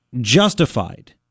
justified